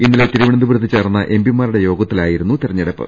ഇന്നലെ തിരുവനന്തപു രത്ത് ചേർന്ന എംപിമാരുടെ യോഗത്തിലായിരുന്നു തെരഞ്ഞെടുപ്പ്